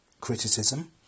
criticism